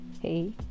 Hey